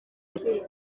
ati